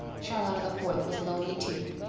charlotta the fourth was lonely too.